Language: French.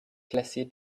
classé